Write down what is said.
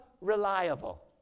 reliable